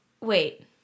Wait